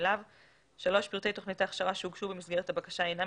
לאו; פרטי תוכנית ההכשרה שהוגשו במסגרת הבקשה אינם